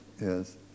Yes